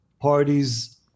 parties